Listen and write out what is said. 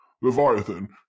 Leviathan